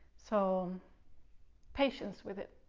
so patience with it.